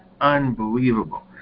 unbelievable